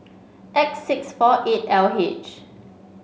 X six four eight L H